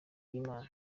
y’imana